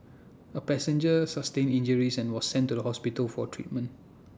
A passenger sustained injuries and was sent to the hospital for treatment